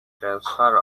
transfer